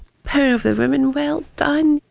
power of the woman well done.